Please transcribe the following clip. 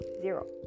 Zero